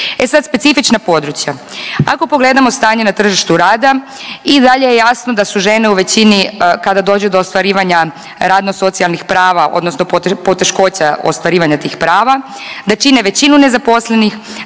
E sad, specifična područja. Ako pogledamo stanje na tržištu rada i dalje je jasno da su žene u većini kada dođe do ostvarivanja radno socijalnih prava odnosno poteškoća ostvarivanja tih prava da čine većinu nezaposlenih,